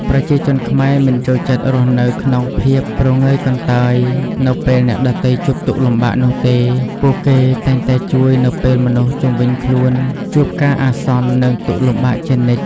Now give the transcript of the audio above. ប្រជាជនខ្មែរមិនចូលចិត្តរស់នៅក្នុងភាំពព្រងើយកន្តើយនៅពេលអ្នកដ៏ទៃជួបទុកលំបាកនោះទេ ពួកគេតែងតែជួយនៅពេលមនុស្សជំវិញខ្លួនជួបការអាសន្ននិងទុក្ខលំបាកជានិច្ច។